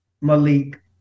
Malik